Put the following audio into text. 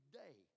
day